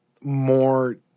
more